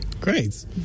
great